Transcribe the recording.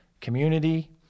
community